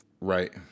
right